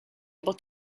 able